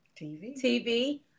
TV